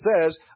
says